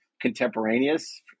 contemporaneous